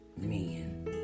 men